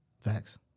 Facts